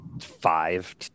five